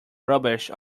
rubbish